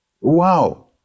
Wow